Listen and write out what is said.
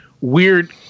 weird